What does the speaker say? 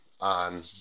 on